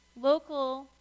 local